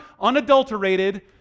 unadulterated